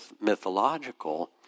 mythological